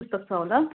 पुस्तक छ होला